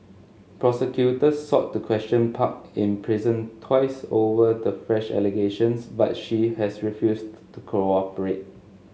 prosecutors sought to question Park in prison twice over the fresh allegations but she has refused to cooperate